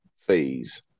fees